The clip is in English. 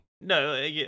No